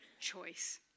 choice